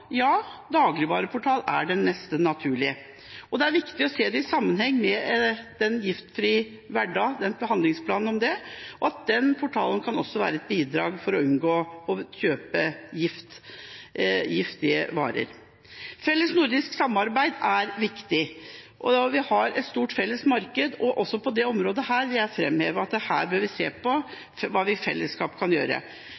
se dette i sammenheng med handlingsplanen om en giftfri hverdag, og at denne portalen også kan være et bidrag for at man skal unngå å kjøpe giftige varer. Felles nordisk samarbeid er viktig. Vi har et stort felles marked. Også på dette området vil jeg framheve at vi bør se på hva vi i fellesskap kan gjøre.